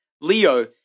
Leo